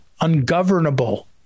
ungovernable